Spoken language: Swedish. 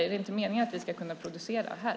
Är det inte meningen att vi ska kunna producera här?